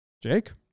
Jake